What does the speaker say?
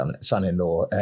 son-in-law